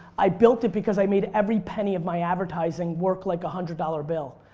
i built it because i made every penny of my advertising work like hundred dollar bill.